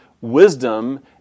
wisdom